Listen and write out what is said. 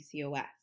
PCOS